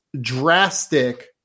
drastic